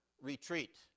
retreat